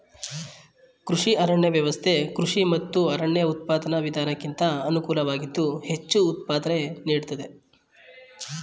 ಕೃಷಿ ಅರಣ್ಯ ವ್ಯವಸ್ಥೆ ಕೃಷಿ ಮತ್ತು ಅರಣ್ಯ ಉತ್ಪಾದನಾ ವಿಧಾನಕ್ಕಿಂತ ಅನುಕೂಲವಾಗಿದ್ದು ಹೆಚ್ಚು ಉತ್ಪಾದನೆ ನೀಡ್ತದೆ